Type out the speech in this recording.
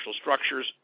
structures